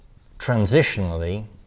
transitionally